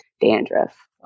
dandruff